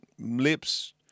lips